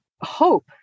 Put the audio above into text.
hope